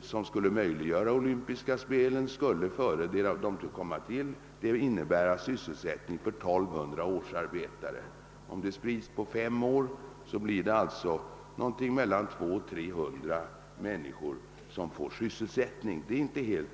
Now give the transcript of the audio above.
som skulle möjliggöra arrangerandet av de olympiska vinterspelen skulle innebära sysselsättning för 1200 årsarbetare. Om detta sprids på fem år blir det alltså mellan 200 och 300 människor som får sysselsättning.